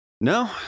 No